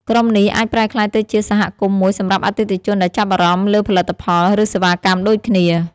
ក្រុមនេះអាចប្រែក្លាយទៅជាសហគមន៍មួយសម្រាប់អតិថិជនដែលចាប់អារម្មណ៍លើផលិតផល ឬសេវាកម្មដូចគ្នា